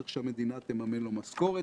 צריך שהמדינה תממן לו משכורת.